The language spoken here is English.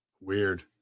Weird